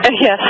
Yes